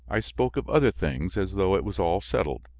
i spoke of other things, as though it was all settled.